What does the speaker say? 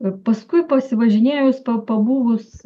ir paskui pasivažinėjus pa pabuvus